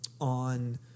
on